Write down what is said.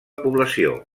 població